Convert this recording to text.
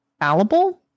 fallible